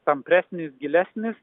tampresnis gilesnis